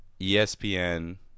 ESPN